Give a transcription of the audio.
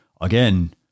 again